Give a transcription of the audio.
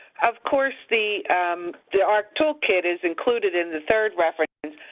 of course the the ahrq toolkit is included in the third reference.